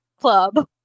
club